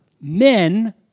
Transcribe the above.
men